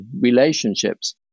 relationships